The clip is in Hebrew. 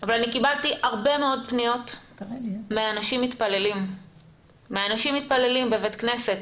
אבל קיבלתי הרבה מאוד פניות מאנשים מתפללים בבית כנסת,